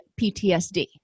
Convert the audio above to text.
PTSD